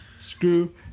screw